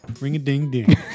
ring-a-ding-ding